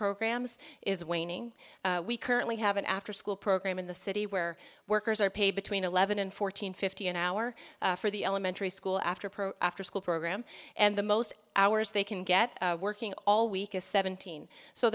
programs is waning we currently have an afterschool program in the city where workers are paid between eleven and fourteen fifty an hour for the elementary school after afterschool program and the most hours they can get working all week is seventeen so